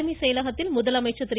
தலைமைச் செயலகத்தில் முதலமைச்சர் திரு